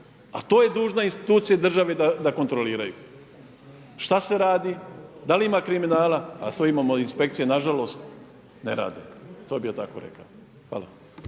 a to je dužna institucija države da kontroliraju. Šta se radi, da li ima kriminala, a to imamo inspekcije, nažalost ne rade. To bi ja tako rekao. Hvala.